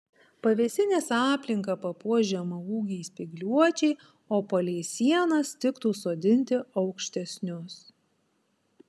pavėsinės aplinką papuoš žemaūgiai spygliuočiai o palei sienas tiktų sodinti aukštesnius